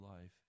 life